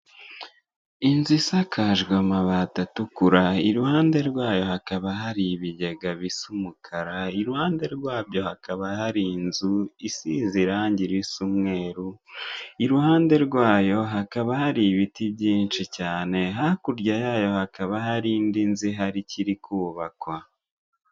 Inzu isakajwe amabati atukura iruhande rwayo hakaba hari ibigega bisa umukara iruhande rwabyo hakaba hari inzu isize irange risa umweru iruhande rwayo hakaba hari ibiti byinshi cyane hakurya yayo hakaba hari indi nzu ikiri kubakwa.